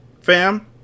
fam